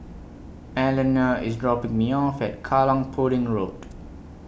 Elinor IS dropping Me off At Kallang Pudding Road